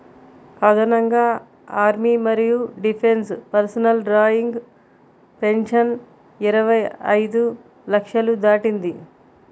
అదనంగా ఆర్మీ మరియు defence personnel drawing pension ఇరవై ఐదు లక్షలు దాటింది